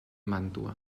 màntua